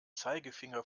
zeigefinger